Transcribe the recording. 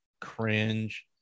Cringe